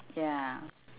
ya